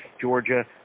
Georgia